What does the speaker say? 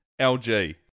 LG